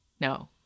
No